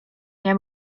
nie